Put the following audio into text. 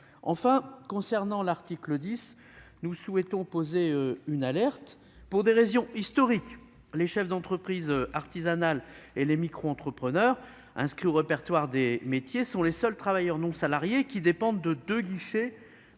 enfin lancer une alerte sur l'article 10. Pour des raisons historiques, les chefs d'entreprise artisanale et les microentrepreneurs inscrits au répertoire des métiers sont les seuls travailleurs non salariés qui dépendent de deux guichets